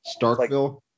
Starkville